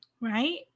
right